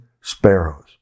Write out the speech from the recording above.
sparrows